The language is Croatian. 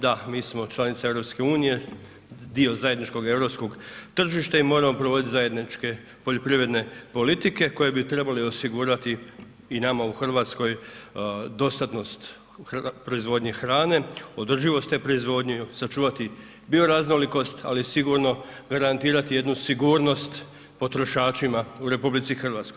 Da, mi smo članica EU, dio zajedničkog europskog tržišta i moramo provoditi zajedničke poljoprivredne politike koje bi trebali osigurati i nama u Hrvatskoj dostatnost u proizvodnji hrane, održivost te proizvodnje i sačuvati bioraznolikost ali sigurno garantirati jednu sigurnost potrošačima u RH.